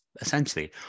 essentially